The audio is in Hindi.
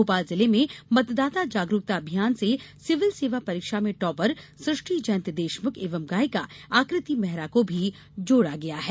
भोपाल जिले में मतदाता जागरुकता अभियान से सिविल सेवा परीक्षा में टॉपर सुष्टि जयंत देशमुख एवं गायिका आकृति मेहरा को भी जोड़ा गया है